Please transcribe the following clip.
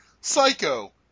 Psycho